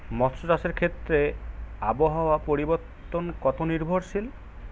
মৎস্য চাষের ক্ষেত্রে আবহাওয়া পরিবর্তন কত নির্ভরশীল?